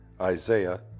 Isaiah